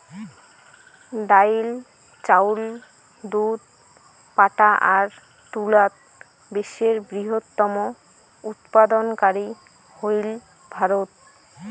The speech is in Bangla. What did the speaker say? ডাইল, চাউল, দুধ, পাটা আর তুলাত বিশ্বের বৃহত্তম উৎপাদনকারী হইল ভারত